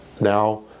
now